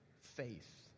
faith